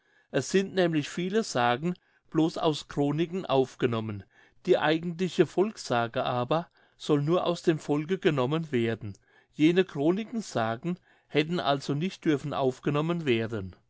es sind nämlich viele sagen blos aus chroniken aufgenommen die eigentliche volkssage aber soll nur aus dem volke genommen werden jene chroniken sagen hätten also nicht dürfen aufgenommen werden